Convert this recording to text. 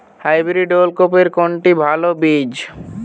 Hybrid ওল কপির কোনটি ভালো বীজ?